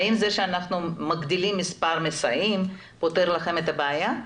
האם זה שאנחנו מגדילים את מספר המסייעים פותר לכם את הבעיה?